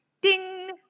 Ding